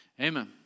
amen